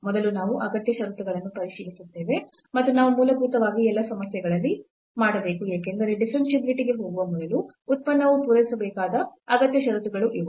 ಮೊದಲು ನಾವು ಅಗತ್ಯ ಷರತ್ತುಗಳನ್ನು ಪರಿಶೀಲಿಸುತ್ತೇವೆ ಮತ್ತು ನಾವು ಮೂಲಭೂತವಾಗಿ ಎಲ್ಲಾ ಸಮಸ್ಯೆಗಳಲ್ಲಿ ಮಾಡಬೇಕು ಏಕೆಂದರೆ ಡಿಫರೆನ್ಷಿಯಾಬಿಲಿಟಿ ಗೆ ಹೋಗುವ ಮೊದಲು ಉತ್ಪನ್ನವು ಪೂರೈಸಬೇಕಾದ ಅಗತ್ಯ ಷರತ್ತುಗಳು ಇವು